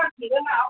ꯁꯤꯗ ꯂꯥꯛꯑꯣ